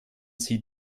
sie